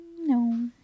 no